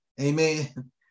Amen